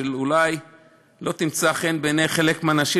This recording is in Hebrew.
שאולי לא תמצא חן בעיני חלק מהאנשים,